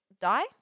die